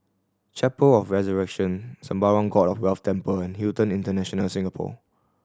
Chapel of Resurrection Sembawang God of Wealth Temple and Hilton International Singapore